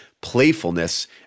playfulness